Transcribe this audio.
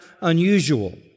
unusual